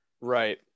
Right